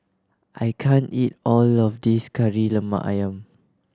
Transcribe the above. I can't eat all of this Kari Lemak Ayam